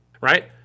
right